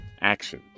action